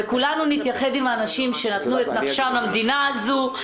וכולנו נתייחד עם האנשים שנתנו את נפשם למדינה הזאת.